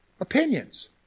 opinions